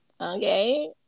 okay